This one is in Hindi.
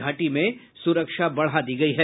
घाटी में सुरक्षा बढ़ा दी गयी है